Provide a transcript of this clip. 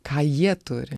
ką jie turi